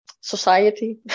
society